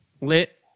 lit